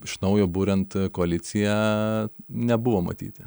iš naujo buriant koaliciją nebuvo matyti